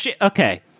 okay